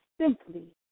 simply